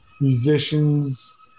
musicians